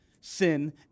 sin